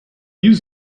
use